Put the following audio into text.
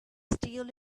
steel